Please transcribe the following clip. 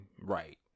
right